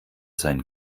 seinen